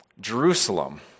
Jerusalem